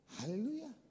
Hallelujah